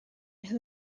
who